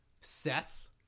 Seth